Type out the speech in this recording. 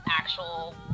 actual